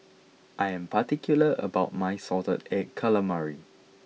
I am particular about my salted egg calamari